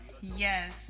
Yes